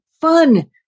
fun